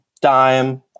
Dime